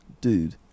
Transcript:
Dude